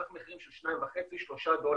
צריך מחירים של 3-2.5 דולר.